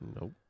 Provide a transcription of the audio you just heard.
Nope